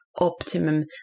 optimum